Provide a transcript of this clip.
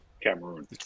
Cameroon